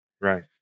Right